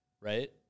Right